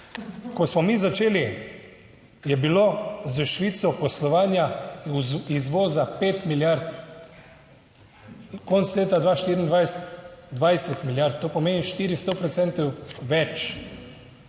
Ko smo mi začeli, je bilo s Švico poslovanja, izvoza 5 milijard. Konec leta 2024 - 20 milijard, to pomeni 400